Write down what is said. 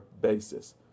basis